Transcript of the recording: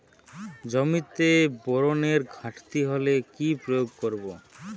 জমিতে বোরনের ঘাটতি হলে কি প্রয়োগ করব?